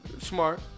smart